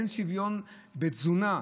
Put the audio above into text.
אין שוויון בתזונה,